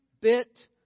bit